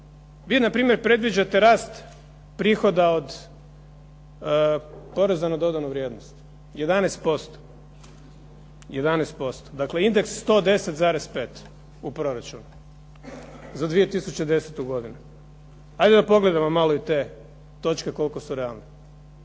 Vi npr. predviđate rast prihoda od poreza na dodanu vrijednost 11%. Dakle indeks 110,5 u proračunu za 2010. godinu. Ajde da pogledamo malo i te točke koliko su realne.